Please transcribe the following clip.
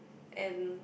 and